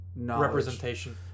representation